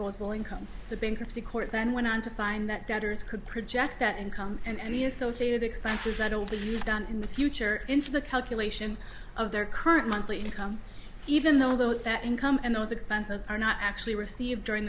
disposable income the bankruptcy court then went on to find that debtors could project that income and the associated expenses that will be done in the future into the calculation of their current monthly income even though that income and those expenses are not actually received during